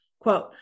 Quote